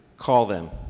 call them.